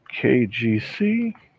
KGC